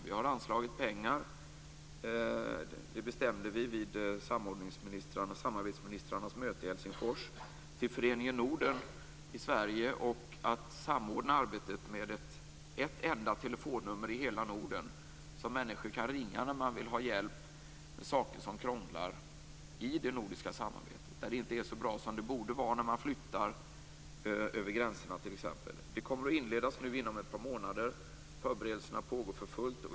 Vi har anslagit pengar till detta. Vid samarbetsministrarnas möte i Helsingfors bestämde vi att anslå pengar till Föreningen Norden i Sverige för att samordna arbetet med ett enda telefonnummer i hela Norden som människor kan slå när de vill ha hjälp med saker som krånglar i det nordiska samarbetet. Det kan t.ex. gälla att saker inte är så bra som de borde vara när man flyttar över gränserna. Detta kommer att inledas inom ett par månader. Förberedelserna pågår för fullt.